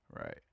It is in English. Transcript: Right